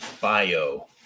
bio